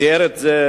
תיאר את זה,